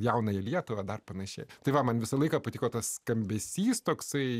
jaunąją lietuvą dar panašiai tai va man visą laiką patiko tas skambesys toksai